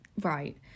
Right